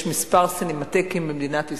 יש כמה סינמטקים במדינת ישראל,